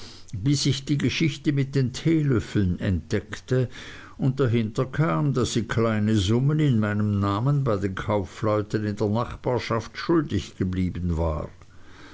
bis ich die geschichte mit den teelöffeln entdeckte und dahinter kam daß sie kleine summen in meinem namen bei den kaufleuten in der nachbarschaft schuldig geblieben war